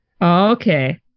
okay